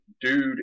dude